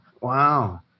Wow